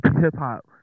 hip-hop